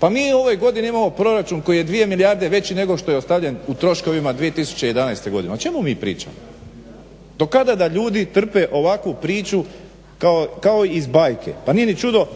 Pa mi u ovoj godini imamo proračun koji je dvije milijarde veći nego što je ostavljen u troškovima 2011. godine. Pa o čemu mi pričamo? Do kada da ljudi trpe ovakvu priču kao iz bajke, pa nije ni čudo